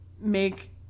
make